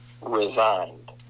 resigned